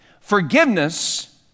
Forgiveness